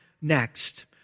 next